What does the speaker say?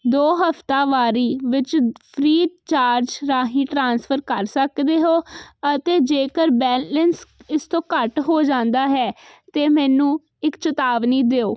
ਦੋ ਹਫ਼ਤਾਵਾਰੀ ਵਿੱਚ ਫ੍ਰੀਚਾਰਜ ਰਾਹੀਂ ਟ੍ਰਾਂਸਫਰ ਕਰ ਸਕਦੇ ਹੋ ਅਤੇ ਜੇਕਰ ਬੈਲੈਂਸ ਇਸ ਤੋਂ ਘੱਟ ਹੋ ਜਾਂਦਾ ਹੈ ਤਾਂ ਮੈਨੂੰ ਇੱਕ ਚੇਤਾਵਨੀ ਦਿਓ